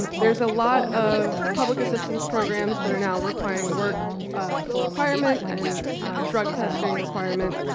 there's a lot of public assistance programs that are now requiring work requirement, and drug testing requirement,